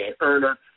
earner